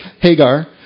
Hagar